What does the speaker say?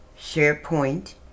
SharePoint